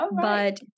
but-